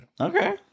Okay